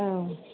औ